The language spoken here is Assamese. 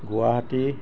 গুৱাহাটী